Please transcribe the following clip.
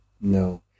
No